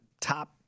top